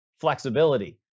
flexibility